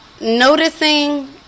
noticing